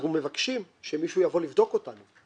אנחנו מבקשים שמישהו יבוא לבדוק אותנו.